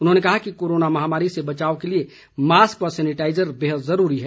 उन्होंने कहा कि कोरोना महामारी से बचाव के लिए मास्क व सैनिटाईजर बेहद जरूरी है